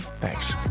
Thanks